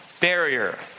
barrier